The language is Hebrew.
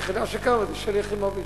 היחידה שקמה זו שלי יחימוביץ.